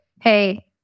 hey